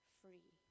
free